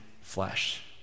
flesh